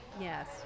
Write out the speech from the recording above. yes